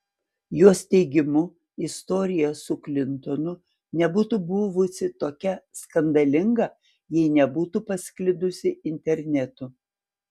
jos teigimu istorija su klintonu nebūtų buvusi tokia skandalinga jei nebūtų pasklidusi internetu